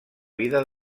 vida